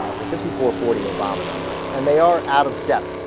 ah the fifty four forty or baba numbers and they are out of step